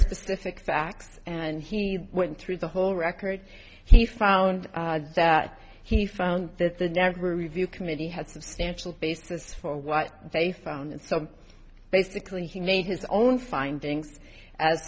specific facts and he went through the whole record he found that he found that they never review committee had substantial basis for what they found and so basically he made his own findings as